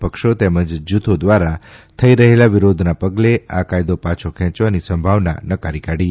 પક્ષો તેમજ જુથો દ્વારા થઈ રહેલા વિરોધના પગલે આ કાયદો પાંછો ખેંચવાની સંભાવના નકારી કાઢી